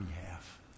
behalf